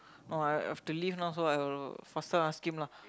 oh I I have to leave no so I got to faster ask him lah